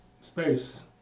space